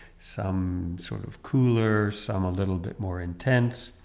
some sort of cooler, some a little bit more intense,